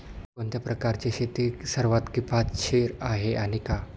कोणत्या प्रकारची शेती सर्वात किफायतशीर आहे आणि का?